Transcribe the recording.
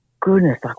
goodness